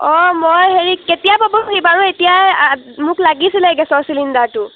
অঁ মই হেৰি কেতিয়া পাবহি বাৰু এতিয়া আ মোক লাগিছিলে গেছৰ চিলিণ্ডাৰটো